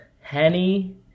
Henny